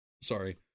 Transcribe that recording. sorry